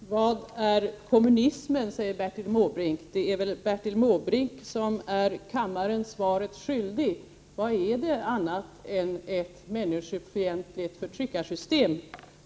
Herr talman! Vad är kommunismen? frågar Bertil Måbrink. Men det är väl Bertil Måbrink som är kammaren svaret skyldig, för vad är kommunismen om inte ett människofientligt förtryckarsystem?